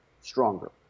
stronger